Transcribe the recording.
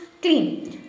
clean